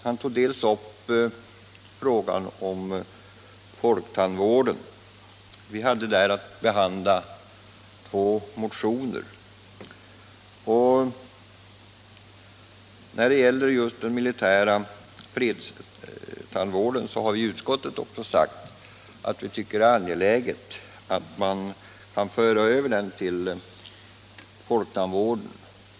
Den första var frågan om folktandvården. Utskottet hade där att behandla två motioner. När det gäller just den militära fredstandvården har utskottet sagt att vi tycker att det är angeläget att man kan föra över den till folktandvården.